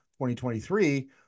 2023